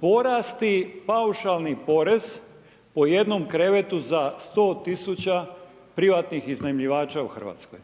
porasti paušalni porez po jednom krevetu za 100 000 privatnih iznajmljivača u Hrvatskoj